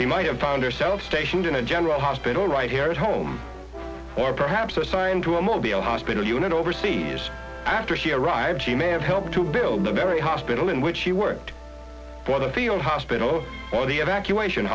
she might have found herself stationed in a general hospital right here at home or perhaps assigned to a mobile hospital unit overseas after she arrived she may have helped to build a very hospital in which she worked for the field hospital or the evacuation